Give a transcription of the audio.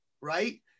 Right